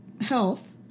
health